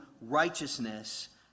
righteousness